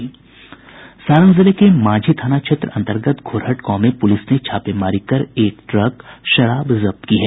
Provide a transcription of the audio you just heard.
सारण जिले के मांझी थाना क्षेत्र अंतर्गत घोरहट गांव में पूलिस ने छापेमारी कर एक ट्रक शराब जब्त की है